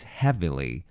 heavily